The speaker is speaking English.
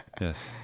yes